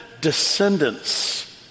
descendants